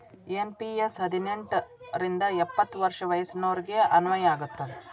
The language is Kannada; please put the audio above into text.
ಎನ್.ಪಿ.ಎಸ್ ಹದಿನೆಂಟ್ ರಿಂದ ಎಪ್ಪತ್ ವರ್ಷ ವಯಸ್ಸಿನೋರಿಗೆ ಅನ್ವಯ ಆಗತ್ತ